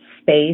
Space